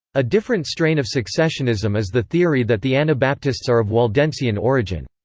a different strain of successionism is the theory that the anabaptists are of waldensian origin.